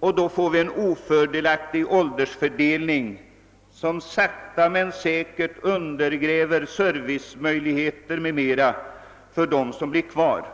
och då får vi en ofördelaktig åldersfördelning som sakta men säkert undergräver servicemöjligheter m.m. för dem som blir kvar.